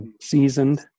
seasoned